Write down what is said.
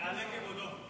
יעלה כבודו.